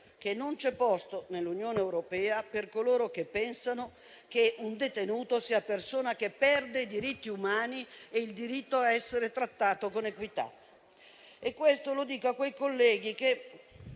non c'è posto nell'Unione europea per coloro che pensano che un detenuto sia persona che perde i diritti umani e il diritto ad essere trattato con equità. Questo lo dico a quei colleghi -